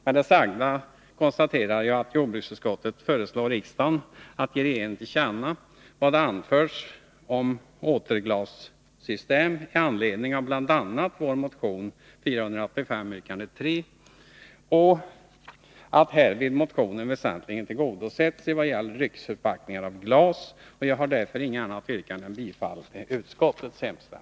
Med det sagda konstaterar jag att jordbruksutskottet föreslår riksdagen att ge regeringen till känna vad som anförts om återglassystem i anledning av bl.a. vår motion 485, yrkande 3, och att härvid motionen väsentligen tillgodosetts i vad gäller dryckesförpackningar av glas. Jag har därför inget annat yrkande än bifall till utskottets hemställan.